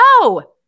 No